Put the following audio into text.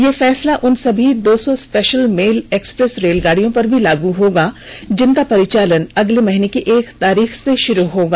यह फैसला उन सभी दो सौ स्पेशल मेल एक्स प्रेस रेलगाडियों पर भी लागू होगा जिनका परिचालन अगले महीने की एक तारीख से शुरू होगा